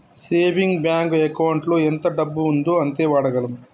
saving bank ఎకౌంటులో ఎంత డబ్బు ఉందో అంతే వాడగలం